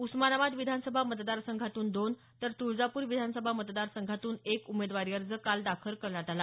उस्मानाबाद विधानसभा मतदारसंघातून दोन तर तुळजापूर विधानसभा मतदारसंघातून एक उमेदवारी अर्ज काल दाखल करण्यात आला